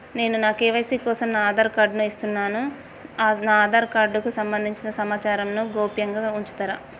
నేను నా కే.వై.సీ కోసం నా ఆధార్ కార్డు ను ఇస్తున్నా నా ఆధార్ కార్డుకు సంబంధించిన సమాచారంను గోప్యంగా ఉంచుతరా?